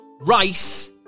rice